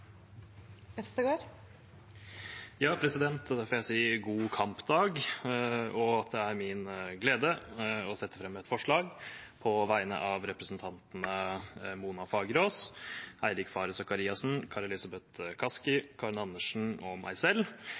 vil jeg si god kampdag! På vegne av representantene Mona Fagerås, Eirik Faret Sakariassen, Kari Elisabeth Kaski, Karin Andersen og meg selv